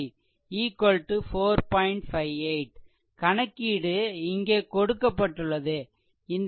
58 கணக்கீடு இங்கே கொடுக்கப்பட்டுள்ளது இந்த 9 Ω 4